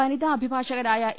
വനിതാ അഭിഭാഷകരായ എ